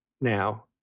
now